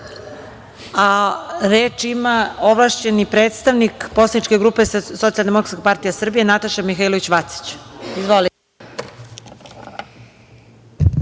ima ovlašćeni predstavnik poslaničke grupe Socijaldemokratska partija Srbije Nataša Mihailović